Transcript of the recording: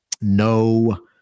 no